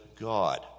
God